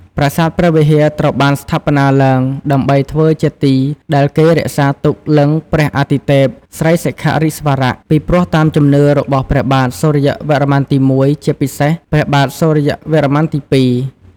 ប្រាសាទព្រះវិហារត្រូវបានស្ថាបនាឡើង ដើម្បីធ្វើជាទីដែលគេរក្សាទុកលិង្គព្រះអាទិទេព ស្រីសិខៈរិស្វរៈ ពីព្រោះតាមជំនឿរបស់ព្រះបាទសូរ្យវរ្ម័នទី១ ជាពិសេសព្រះបាទសូរ្យវរ្ម័នទី២។